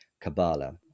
kabbalah